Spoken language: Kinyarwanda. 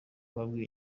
yabwiye